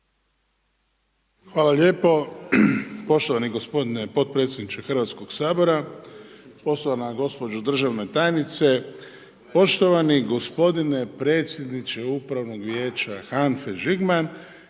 Hvala lijepo poštovani gospodine potpredsjedniče Hrvatskoga sabora, poštovana gospođo državna tajnice, poštovani gospodine predsjedniče upravnog vijeća HANF-e Žigman.